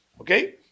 okay